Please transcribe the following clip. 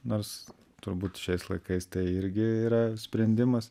nors turbūt šiais laikais tai irgi yra sprendimas